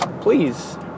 Please